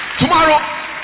Tomorrow